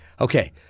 Okay